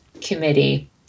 committee